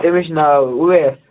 تٔمِس چھُ ناو اُویس